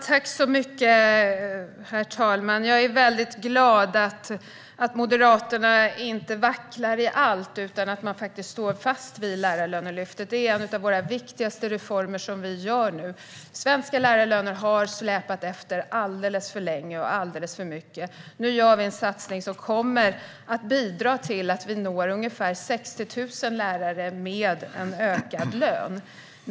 Herr talman! Jag är väldigt glad över att Moderaterna inte vacklar i allt utan att man faktiskt står fast vid Lärarlönelyftet. Det är en av våra viktigaste reformer som vi gör nu. Svenska lärarlöner har släpat efter alldeles för länge och alldeles för mycket. Nu gör vi en satsning som kommer att bidra till att ungefär 60 000 lärare får en ökad lön.